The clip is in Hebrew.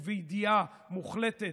ובידיעה מוחלטת,